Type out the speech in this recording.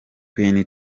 queen